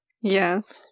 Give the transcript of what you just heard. Yes